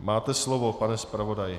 Máte slovo, pane zpravodaji.